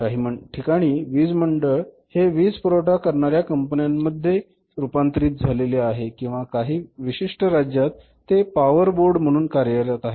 काही ठिकाणी वीज मंडळ हे वीज पुरवठा करणाऱ्या कंपन्यांमध्ये रूपांतरित झालेले आहे किंवा काही काही विशिष्ट राज्यांत ते पॉवर बोर्ड म्हणून कार्यरत आहेत